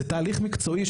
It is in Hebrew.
זה תהליך מקצועי,